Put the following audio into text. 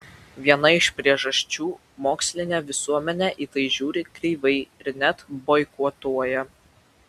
viena iš priežasčių mokslinė visuomenė į tai žiūri kreivai ir net boikotuoja